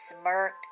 smirked